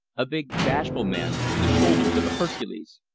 a big bashful man with the shoulders of a hercules.